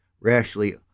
rashly